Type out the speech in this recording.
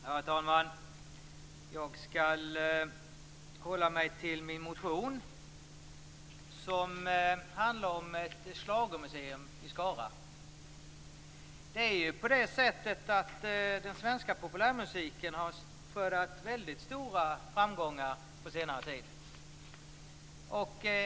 Herr talman! Jag skall hålla mig till min motion som handlar om ett schlagermuseum i Skara. Den svenska populärmusiken har skördat stora framgångar på senare tid.